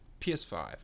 PS5